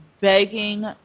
begging